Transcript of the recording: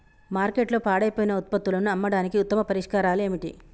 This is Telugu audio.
మార్కెట్లో పాడైపోయిన ఉత్పత్తులను అమ్మడానికి ఉత్తమ పరిష్కారాలు ఏమిటి?